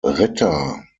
ritter